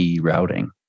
routing